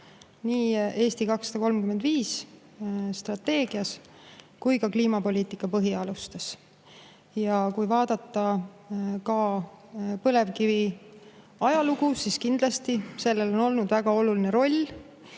nii "Eesti [2035]" strateegias kui ka kliimapoliitika põhialustes. Ja kui vaadata põlevkivi ajalugu, siis kindlasti on sellel olnud väga oluline roll.